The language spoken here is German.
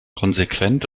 konsequent